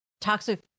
toxic